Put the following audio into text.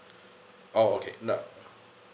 oh okay uh